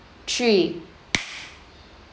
three